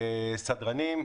סדרנים,